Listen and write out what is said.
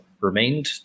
remained